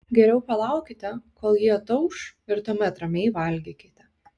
geriau palaukite kol ji atauš ir tuomet ramiai valgykite